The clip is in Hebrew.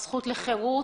הזכות לחירות